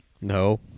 No